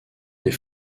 des